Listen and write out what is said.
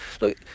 look